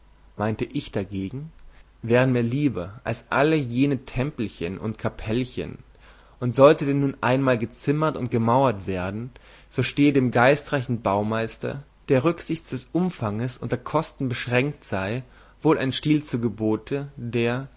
meinte ich dagegen wären mir lieber als alle jene tempelchen und kapellchen und sollte denn nun einmal gezimmert und gemauert werden so stehe dem geistreichen baumeister der rücksichts des umfanges und der kosten beschränkt sei wohl ein stil zu gebote der